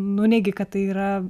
nuneigi kad tai yra